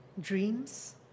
Dreams